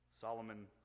Solomon